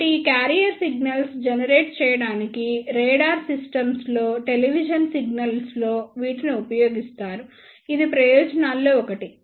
కాబట్టి carrier signals generate చేయడానికి radar సిస్టమ్స్లో టెలివిజన్ సిగ్నల్స్లో వీటిని ఉపయోగిస్తారు ఇది ప్రయోజనాల్లో ఒకటి